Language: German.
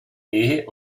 ehe